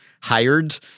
hired